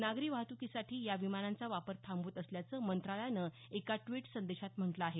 नागरी वाहतुकीसाठी या विमानांचा वापर थांबवत असल्याचं मंत्रालयानं एका ड्वीट संदेशात म्हटलं आहे